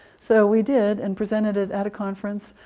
so we did, and presented it at a conference.